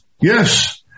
Yes